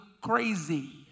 crazy